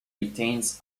retains